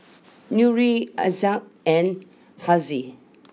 Nurin Aizat and Haziq